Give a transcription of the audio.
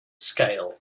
scale